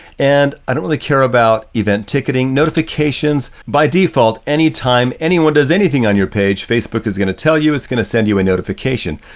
and i don't really care about event ticketing. notifications by default, any time anyone does anything on your page, facebook is gonna tell you, it's gonna send you a notification,